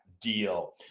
deal